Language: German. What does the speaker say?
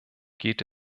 geht